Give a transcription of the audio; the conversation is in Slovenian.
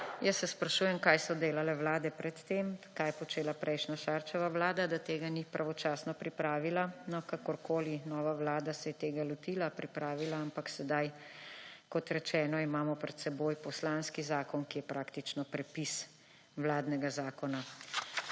Jaz se sprašujem, kaj so delale vlade pred tem, kaj je počela prejšnja, Šarčeva vlada, da tega ni pravočasno pripravila. No, kakorkoli, nova vlada se je tega lotila, je pripravila, ampak sedaj imamo, kot rečeno, pred seboj poslanski zakon, ki je praktično prepis vladnega zakona.